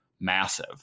massive